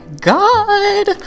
god